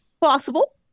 possible